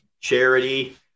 charity